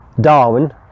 Darwin